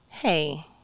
hey